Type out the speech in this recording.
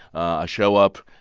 ah show up,